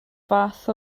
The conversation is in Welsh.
fath